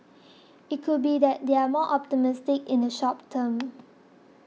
it could be that they're more optimistic in the short term